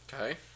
okay